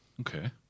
Okay